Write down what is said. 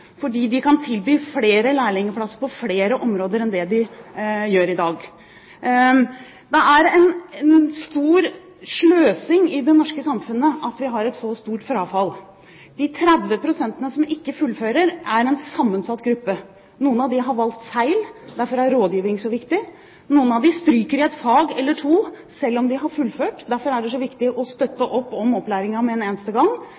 kan tilby lærlingplasser på flere områder enn det vi gjør i dag. Det er en stor sløsing i det norske samfunnet at vi har et så stort frafall. De 30 pst. som ikke fullfører, er en sammensatt gruppe. Noen av dem har valgt feil – derfor er rådgivning så viktig. Noen av dem stryker i et fag eller to, selv om de har fullført – derfor er det så viktig å støtte